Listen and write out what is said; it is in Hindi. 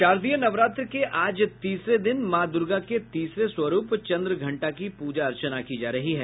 शारदीय नवरात्र के आज तीसरे दिन मां दूर्गा के तीसरे स्वरूप चन्द्रघंटा की पूजा अर्चना की जा रही है